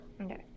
Okay